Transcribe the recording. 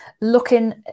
looking